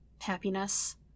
Happiness